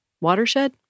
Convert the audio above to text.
Watershed